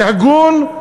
זה הגון?